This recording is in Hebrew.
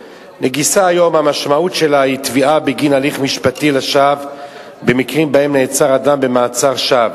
אולם עליית המחיר והשלכתה על השוק המקומי נמוכות יותר מאשר בעגבנייה.